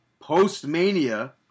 post-Mania